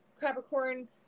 Capricorn